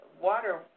water